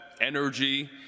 energy